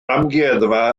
amgueddfa